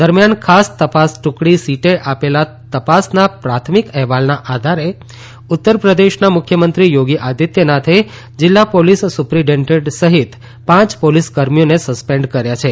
દરમિયાન ખાસ તપાસ ટુકડી સીટે આપેલા તપાસના પ્રાથમિક અહેવાલના આધારે ઉત્તરપ્રદેશના મુખ્યમંત્રી યોગી આદિત્યનાથે જીલ્લા પોલીસ સુપ્રીટેન્ડેન્ટ સહિત પાંચ પોલીસ કર્મીઓને સસ્પેન્ડ કર્યા છે